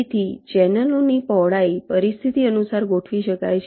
તેથી ચેનલોની પહોળાઈ પરિસ્થિતિ અનુસાર ગોઠવી શકાય છે